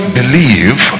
believe